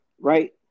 right